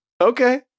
Okay